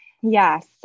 Yes